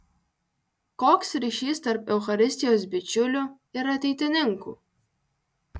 koks ryšys tarp eucharistijos bičiulių ir ateitininkų